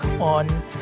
on